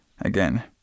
again